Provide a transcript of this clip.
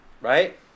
right